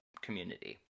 community